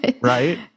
Right